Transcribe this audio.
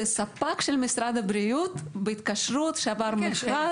זה ספק של משרד הבריאות בהתקשרות, שעבר מכרז.